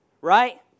Right